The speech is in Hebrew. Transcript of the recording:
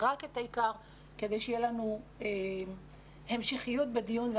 רק את העיקר כדי שתהיה לנו המשכיות בדיון.